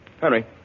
Henry